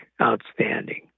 outstanding